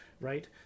right